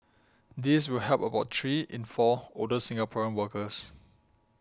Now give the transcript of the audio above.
this will help about three in four older Singaporean workers